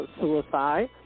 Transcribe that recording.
suicide